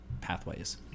pathways